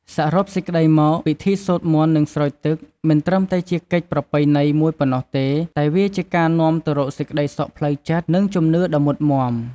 សរុបសេចក្តីមក ពិធីសូត្រមន្ត និងស្រោចទឹក មិនត្រឹមតែជាកិច្ចប្រពៃណីមួយប៉ុណ្ណោះទេ តែវាជាការនាំទៅរកសេចក្តីសុខផ្លូវចិត្ត និងជំនឿដ៏មុតមាំ។